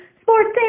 sports